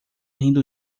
rindo